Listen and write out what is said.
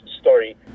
story